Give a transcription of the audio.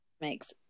makes